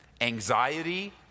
anxiety